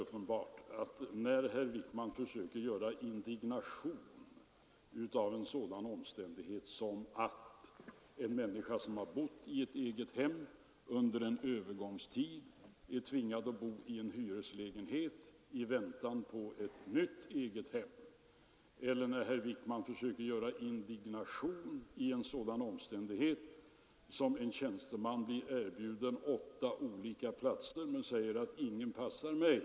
Herr Wijkman ger uttryck för sin indignation över en sådan omstän dighet som att en människa, som har bott i ett eget hem, under en övergångstid blir tvingad att bo i en hyreslägenhet i väntan på ett nytt eget hem och över att en tjänsteman blir erbjuden åtta olika platser men säger att ”ingen passar mig”.